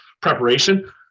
preparation